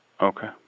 Okay